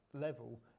level